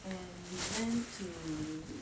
and we went to